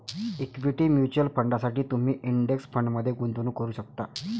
equity mutual फंडांसाठी तुम्ही index फंडमध्ये गुंतवणूक करू शकता